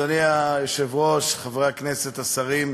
אדוני היושב-ראש, חברי הכנסת, השרים,